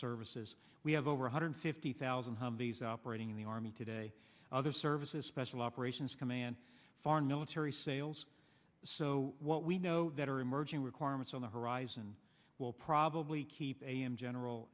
services we have over one hundred fifty thousand humvees operating in the army today other services special operations command foreign military sales so what we know that are emerging requirements on the horizon will probably keep am general